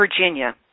Virginia